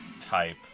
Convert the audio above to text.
type